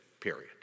period